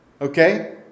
Okay